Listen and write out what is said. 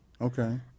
Okay